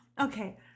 Okay